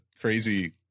crazy